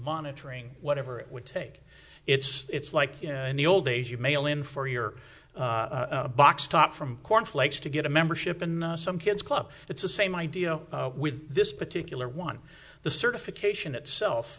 monitoring whatever it would take it's it's like you know in the old days you mail in for your box top from cornflakes to get a membership in some kids club it's the same idea with this particular one the certification itself